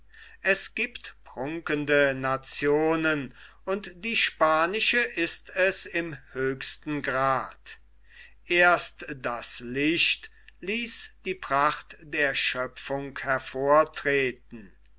es giebt prunkende nationen und die spanische ist es im höchsten grad erst das licht ließ die pracht der schöpfung